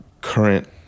current